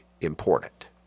important